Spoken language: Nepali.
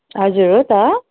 हजुर हो त